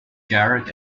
jarrett